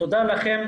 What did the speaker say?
תודה לכם.